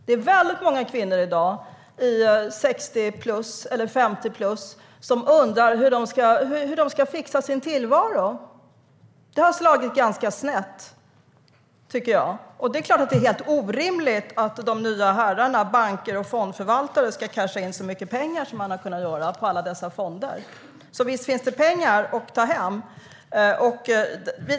Det finns många kvinnor i dag, 50-plus eller 60-plus, som undrar hur de ska fixa sin tillvaro. Det har slagit snett. Det är klart att det är helt orimligt att de nya herrarna, banker och fondförvaltare, ska casha in så mycket pengar som de har kunnat göra på alla dessa fonder. Visst finns det pengar att ta hem.